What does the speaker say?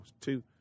Two